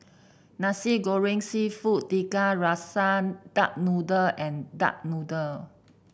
Nasi Goreng seafood Tiga Rasa Duck Noodle and Duck Noodle